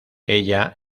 ella